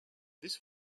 this